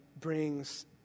brings